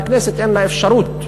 והכנסת אין לה אפשרות לפקח,